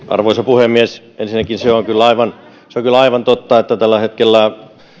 arvoisa puhemies ensinnäkin se on kyllä aivan totta että tällä hetkellä